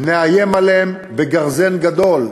נאיים עליהם בגרזן גדול.